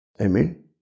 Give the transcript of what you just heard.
Amen